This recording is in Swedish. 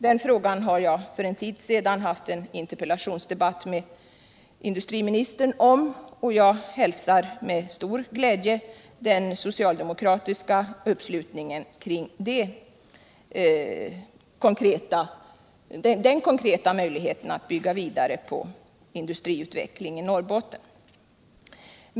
Den frågan har jag för en tid sedan haft en interpellationsdebatt med industriministern om, och jag hälsar med stor glädje den socialdemokratiska uppslutningen kring den konkreta möjligheten att bygga vidare på industriutvecklingen i Norrbotten.